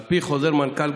על פי חוזר מנכ"ל,